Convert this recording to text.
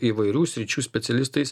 įvairių sričių specialistais